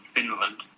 Finland